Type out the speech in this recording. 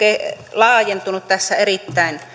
laajentunut tässä erittäin